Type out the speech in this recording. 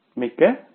மிக்க நன்றி